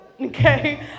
Okay